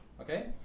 okay